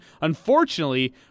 Unfortunately